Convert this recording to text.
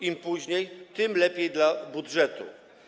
Im później, tym lepiej dla budżetu.